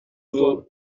vous